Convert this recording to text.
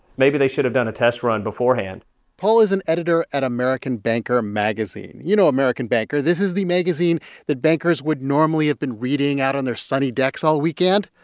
maybe they should've done a test run beforehand paul is an editor at american banker magazine. you know american banker. this is the magazine that bankers would normally have been reading out on their sunny decks all weekend.